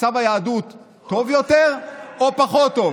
מצב היהדות טוב יותר או טוב פחות?